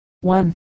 one